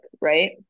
right